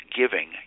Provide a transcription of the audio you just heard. giving